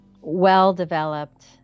well-developed